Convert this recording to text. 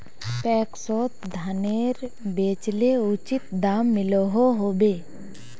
पैक्सोत धानेर बेचले उचित दाम मिलोहो होबे?